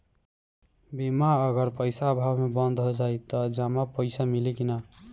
बीमा अगर पइसा अभाव में बंद हो जाई त जमा पइसा मिली कि न?